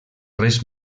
res